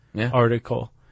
article